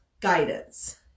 guidance